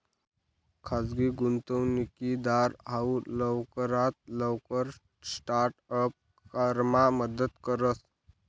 खाजगी गुंतवणूकदार हाऊ लवकरात लवकर स्टार्ट अप करामा मदत करस